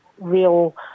real